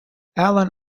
allen